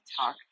talk